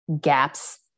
gaps